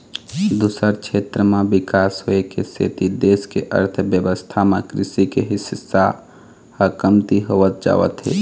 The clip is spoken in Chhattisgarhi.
दूसर छेत्र म बिकास होए के सेती देश के अर्थबेवस्था म कृषि के हिस्सा ह कमती होवत जावत हे